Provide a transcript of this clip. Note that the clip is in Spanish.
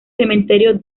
cementerio